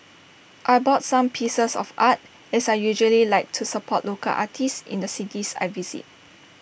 I bought some pieces of art as I usually like to support local artists in the cities I visit